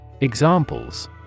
Examples